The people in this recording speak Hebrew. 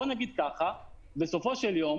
צריך להבין שבסופו של יום